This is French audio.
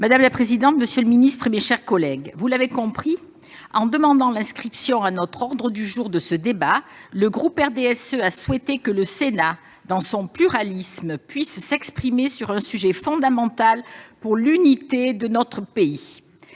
Madame la présidente, monsieur le ministre, mes chers collègues, vous l'avez compris, en demandant l'inscription à l'ordre du jour de ce débat, le groupe du RDSE a souhaité que le Sénat, dans son pluralisme, puisse s'exprimer sur un sujet fondamental pour l'unité de notre pays,